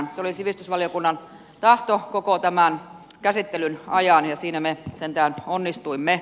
se oli sivistysvaliokunnan tahto koko tämän käsittelyn ajan ja siinä me sentään onnistuimme